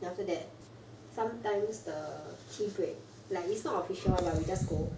then after that sometimes the tea break like it's not official one but I just go